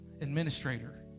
administrator